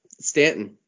Stanton